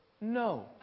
no